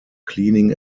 cleaning